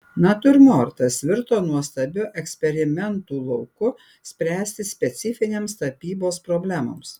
natiurmortas virto nuostabiu eksperimentų lauku spręsti specifinėms tapybos problemoms